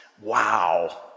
Wow